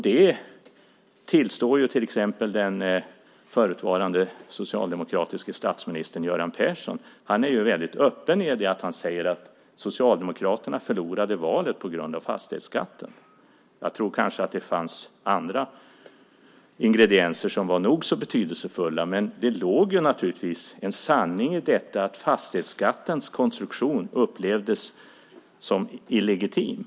Den förutvarande socialdemokratiske statsministern Göran Persson tillstår detta. Han är öppen med det när han säger att Socialdemokraterna förlorade valet på grund av fastighetsskatten. Jag tror kanske att det fanns andra ingredienser som var nog så betydelsefulla. Men det låg naturligtvis en sanning i detta; fastighetsskattens konstruktion upplevdes som illegitim.